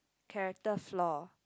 character flaw